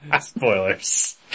Spoilers